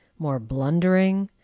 more blundering,